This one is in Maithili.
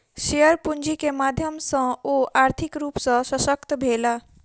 शेयर पूंजी के माध्यम सॅ ओ आर्थिक रूप सॅ शशक्त भेला